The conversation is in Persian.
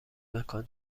مکان